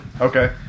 Okay